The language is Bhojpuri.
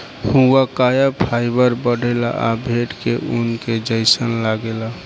हुआकाया फाइबर बढ़ेला आ भेड़ के ऊन के जइसन लागेला